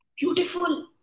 beautiful